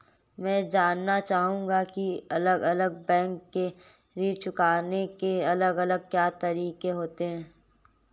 मैं जानना चाहूंगा की अलग अलग बैंक के ऋण चुकाने के अलग अलग क्या तरीके होते हैं?